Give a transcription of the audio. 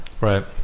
right